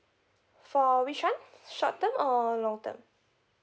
for which one short term or long term